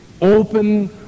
open